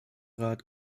rat